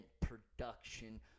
production